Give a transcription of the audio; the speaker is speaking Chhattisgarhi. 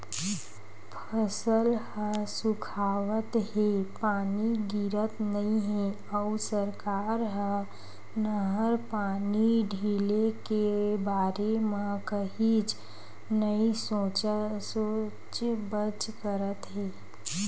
फसल ह सुखावत हे, पानी गिरत नइ हे अउ सरकार ह नहर पानी ढिले के बारे म कहीच नइ सोचबच करत हे